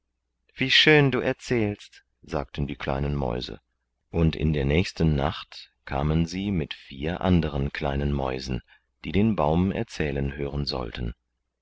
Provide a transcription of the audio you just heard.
wie schön du erzählst sagten die kleinen mäuse und in der nächsten nacht kamen sie mit vier anderen kleinen mäusen die den baum erzählen hören sollten